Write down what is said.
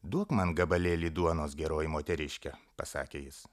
duok man gabalėlį duonos geroji moteriške pasakė jis